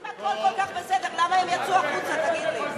אם הכול כל כך בסדר, למה הם יצאו החוצה, תגיד לי.